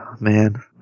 man